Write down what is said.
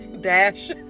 dash